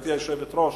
גברתי היושבת-ראש.